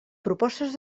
propostes